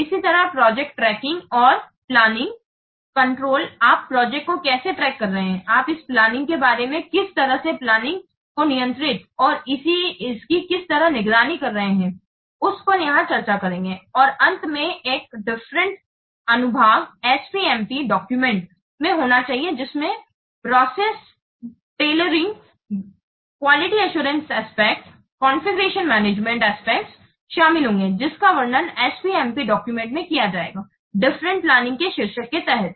इसी तरह project tracking और नियंत्रण प्लानिंग आप प्रोजेक्ट को कैसे ट्रैक कर रहे हैं आप इस प्लानिंग के बारे में किस तरह से प्लानिंग को नियंत्रित और इसकी किस तरह निगरानी कर रहे हैं उस पर यहां चर्चा करेंगे और अंत में एक डिफरेंट अनुभाग SPMP डॉक्यूमेंट में होना चाहिए जिसमें प्रोसेस सिलाई गुणवत्ता आश्वासन पहलू कॉन्फ़िगरेशन मैनेजर पहलू शामिल होंगे जिनका वर्णन SPMP डॉक्यूमेंट में किया जाएगा डिफरेंट प्लानिंग के शीर्षक के तहत